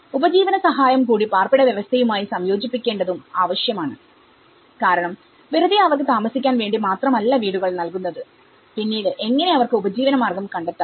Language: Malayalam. ഉപജീവന സഹായം കൂടി പാർപ്പിട വ്യവസ്ഥയുമായി സംയോജിപ്പിക്കേണ്ടതും ആവശ്യമാണ് കാരണം വെറുതെ അവർക്ക് താമസിക്കാൻ വേണ്ടി മാത്രമല്ല വീടുകൾ നൽകുന്നത് പിന്നീട് എങ്ങനെ അവർക്ക് ഉപജീവനമാർഗം കണ്ടെത്താം